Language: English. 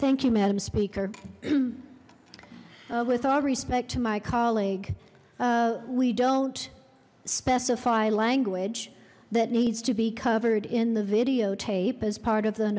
thank you madam speaker with all respect to my colleague we don't specify language that needs to be covered in the videotape as part of the